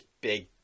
big